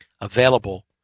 available